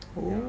oh